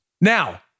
Now